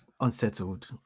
unsettled